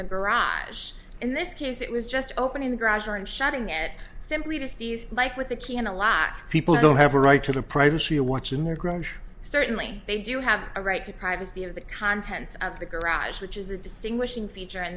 the garage in this case it was just opening the garage door and shutting it simply to see it's like with a key and a lot of people don't have a right of privacy a watch in their ground certainly they do have a right to privacy of the contents of the garage which is a distinguishing feature in